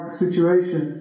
situation